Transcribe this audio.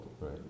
right